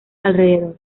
alrededor